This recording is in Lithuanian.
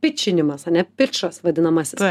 pičinimas ane pičas vadinamasis